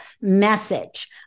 message